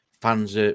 fans